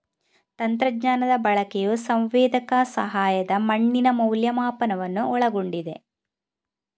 ತಂತ್ರಜ್ಞಾನದ ಬಳಕೆಯು ಸಂವೇದಕ ಸಹಾಯದ ಮಣ್ಣಿನ ಮೌಲ್ಯಮಾಪನವನ್ನು ಒಳಗೊಂಡಿದೆ